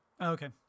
Okay